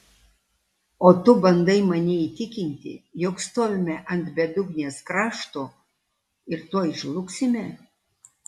o tu bandai mane įtikinti jog stovime ant bedugnės krašto ir tuoj žlugsime